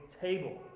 table